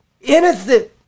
Innocent